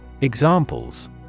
Examples